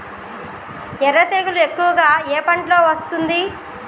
ఎర్ర తెగులు ఎక్కువగా ఏ పంటలో వస్తుంది?